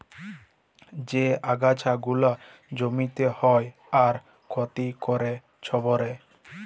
যে আগাছা গুলা জমিতে হ্যয় আর ক্ষতি ক্যরে ছবের